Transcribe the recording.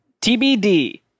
TBD